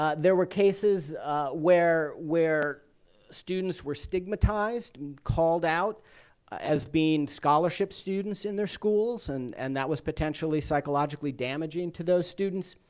ah there were cases where where students were stigmatized called out as being scholarship students in their schools, and and that was potentially psychologically damaging to those students.